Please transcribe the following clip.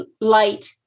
light